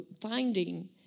finding